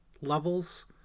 levels